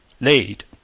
laid